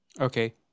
Okay